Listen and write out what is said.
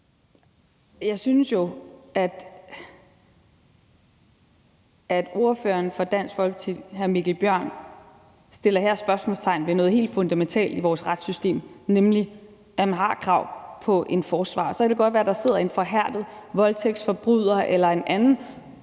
Jeg synes jo, at ordføreren for Dansk Folkeparti, hr. Mikkel Bjørn, her sætter spørgsmålstegn ved noget helt fundamentalt i vores retssystem, nemlig at man har krav på en forsvarer. Så kan det godt være, at der sidder en forhærdet voldtægtsforbryder eller en anden